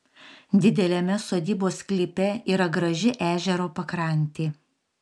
dideliame sodybos sklype yra ir graži ežero pakrantė